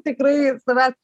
tikrai savęs